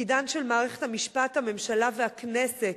תפקידן של מערכת המשפט, הממשלה והכנסת,